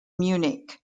munich